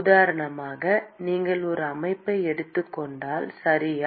உதாரணமாக நீங்கள் ஒரு அமைப்பை எடுத்துக் கொண்டால் சரியா